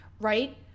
right